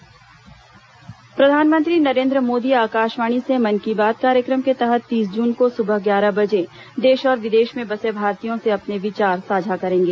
मन की बात प्रधानमंत्री नरेन्द्र मोदी आकाशवाणी से मन की बात कार्यक्रम के तहत तीस जून को सुबह ग्यारह बजे देश और विदेश में बसे भारतीयों से अपने विचार साझा करेंगे